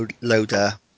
loader